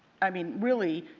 i mean, really,